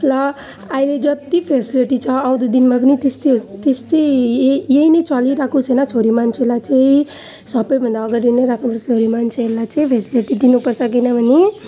र अहिले जति फेसिलिटी छ आउँदो दिनमा पनि त्यस्तै होस् त्यस्तै यही यही नै चलिरहेको छ होइन छोरीमान्छेलाई चाहिँ सबैभन्दा अगाडि नै राख्नुपर्छ छोरीमान्छेहरूलाई चाहिँ फेसिलिटी दिनुपर्छ किन भने